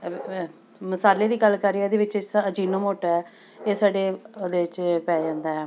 ਮਸਾਲੇ ਦੀ ਗੱਲ ਕਰੀਏ ਇਹਦੇ ਵਿੱਚ ਇਸ ਤਰ੍ਹਾਂ ਅਜੀਨੋਮੋਟੋ ਹੈ ਇਹ ਸਾਡੇ ਉਹਦੇ 'ਚ ਪੈ ਜਾਂਦਾ